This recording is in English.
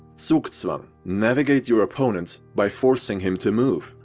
zugzwang, navigate your opponent by forcing him to move,